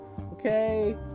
okay